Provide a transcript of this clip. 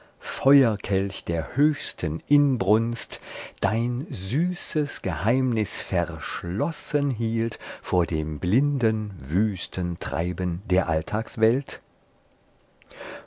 feuerkelch der höchsten inbrunst dein süßes geheimnis verschlossen hielt vor dem blinden wüsten treiben der alltagswelt